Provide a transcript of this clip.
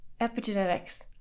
Epigenetics